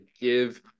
give